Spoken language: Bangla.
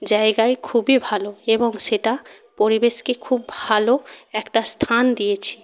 জায়গায় খুবই ভালো এবং সেটা পরিবেশকে খুব ভালো একটা স্থান দিয়েছে